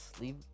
Leave